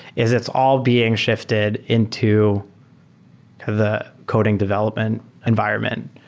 is it's all being shifted into the coding development environment.